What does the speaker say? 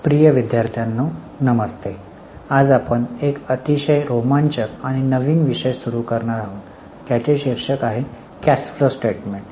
प्रिय विद्यार्थ्यांनो नमस्ते आज आपण एक अतिशय रोमांचक आणि नवीन विषय सुरू करणार आहोत ज्याचे शीर्षक आहे कॅश फ्लो स्टेटमेंट